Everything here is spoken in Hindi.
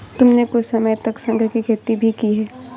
तुमने कुछ समय तक शंख की खेती भी की है ना?